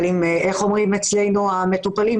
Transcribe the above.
אבל איך אומרים אצלנו המטופלים?